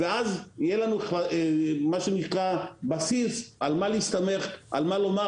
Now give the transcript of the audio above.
ואז יהיה לנו בסיס להסתמך עליו.